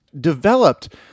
developed